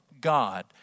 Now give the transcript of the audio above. God